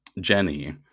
Jenny